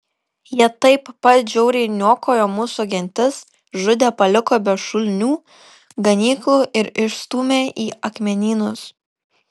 jie taip pat žiauriai niokojo mūsų gentis žudė paliko be šulinių ganyklų ir išstūmė į akmenynus